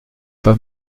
pas